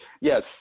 Yes